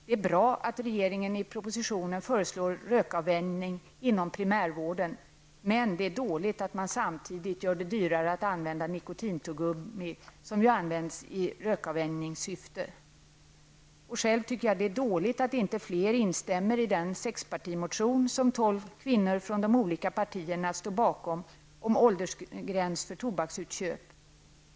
Det är bra att regeringen i propositionen föreslår rökavvänjning inom primärvården men det är dåligt att man samtidigt gör det dyrare att använda nikotintuggummi, som ju används i rökavvänjningssyfte. Själv tycker jag att det är dåligt att inte fler instämmer i den 6-partimotion som 12 kvinnor från de olika partierna står bakom om åldersgräns för tobaksköp.